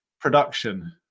production